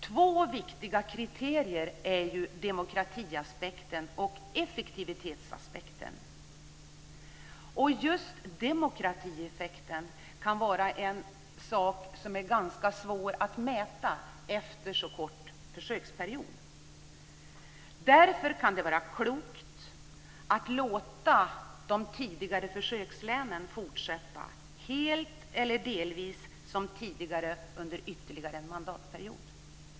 Två viktiga kriterier är demokratiaspekten och effektivitetsaspekten. Demokratieffekten kan vara ganska svår att mäta efter en så kort försöksperiod. Därför kan det vara klokt att låta de hittillsvarande försökslänen fortsätta helt eller delvis som tidigare under ytterligare en mandatperiod.